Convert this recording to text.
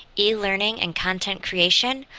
elearning and content creation,